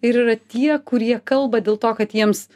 ir yra tie kurie kalba dėl to kad jiems